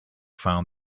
found